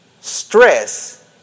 Stress